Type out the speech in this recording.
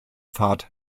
fahrt